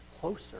closer